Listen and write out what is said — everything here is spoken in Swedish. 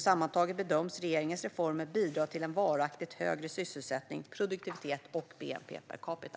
Sammantaget bedöms regeringens reformer bidra till en varaktigt högre sysselsättning, produktivitet och bnp per capita.